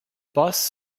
boss